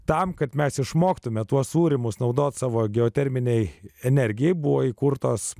tam kad mes išmoktumėme tuos sūrymus naudoti savo geoterminei energijai buvo įkurtos